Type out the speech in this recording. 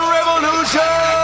Revolution